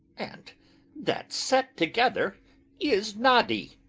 and that set together is noddy.